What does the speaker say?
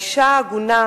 האשה העגונה,